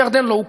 וירדן לא הוכרה.